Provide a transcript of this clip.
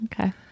Okay